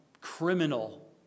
criminal